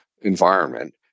environment